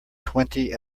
twenty